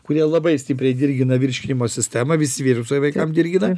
kurie labai stipriai dirgina virškinimo sistemą visi virusai vaikam dirgina